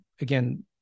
again